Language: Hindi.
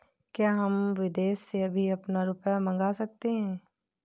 क्या हम विदेश से भी अपना रुपया मंगा सकते हैं?